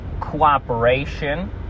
cooperation